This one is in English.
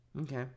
Okay